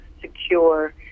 secure